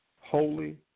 holy